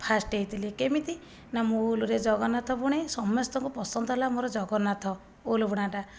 first ହେଇଥିଲି କେମିତି ନା ମୁଁ ଉଲ୍ ରେ ଜଗନ୍ନାଥ ବୁଣେ ସମସ୍ତକୁ ପସନ୍ଦ ହେଲା ମୋର ଜଗନ୍ନାଥ ଉଲ୍ ବୁଣାଟା